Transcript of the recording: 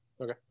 Okay